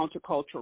countercultural